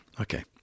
Okay